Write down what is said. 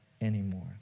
anymore